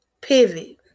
pivot